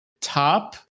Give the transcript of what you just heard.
top